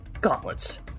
gauntlets